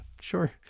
sure